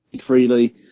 freely